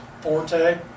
Forte